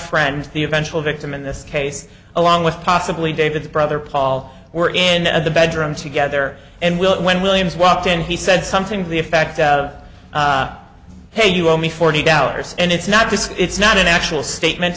the eventual victim in this case along with possibly days it's brother paul we're in the bedroom together and we'll when williams walked in he said something to the effect of hey you owe me forty dollars and it's not just it's not an actual statement